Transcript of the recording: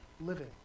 living